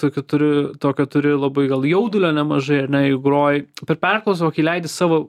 tokio turiu tokio turi labai gal jaudulio nemažai ar ne jeigu groji per perklausą va kai leidi savo